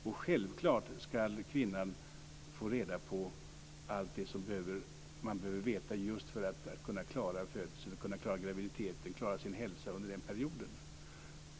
Och självklart ska kvinnan få reda på allt det som hon behöver veta just för att klara graviditeten, födseln och hälsan under den perioden.